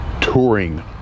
touring